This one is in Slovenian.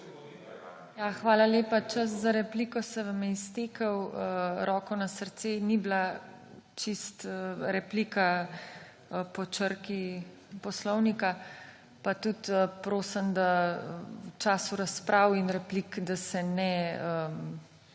hvala lepa. Čas za repliko se vam je iztekel. Roko na srce, ni bila čisto replika po črki poslovnika. Pa tudi prosim, da se v času razprav in replik ne